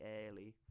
early